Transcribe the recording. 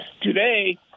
Today